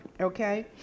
okay